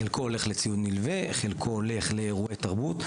חלקו הולך לציוד נלווה, חלקו הולך לאירועי תרבות.